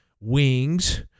wings